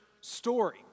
story